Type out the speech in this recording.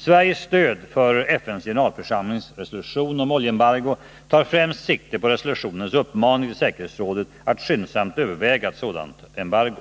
Sveriges stöd för FN:s generalförsamlings resolution om oljeembargo tar främst sikte på resolutionens uppmaning till säkerhetsrådet att skyndsamt överväga ett sådant embargo.